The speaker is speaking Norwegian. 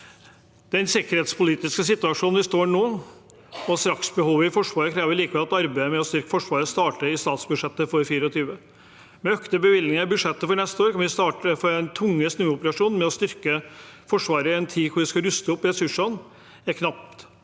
Den sikkerhetspolitiske situasjonen vi står i nå, og straksbehovet i Forsvaret krever likevel at arbeidet med å styrke Forsvaret starter i statsbudsjettet for 2024. Med økte bevilgninger i budsjettet for neste år kan vi starte på den tunge snuoperasjonen med å styrke Forsvaret. I en tid hvor vi skal ruste opp og ressursene er knappe,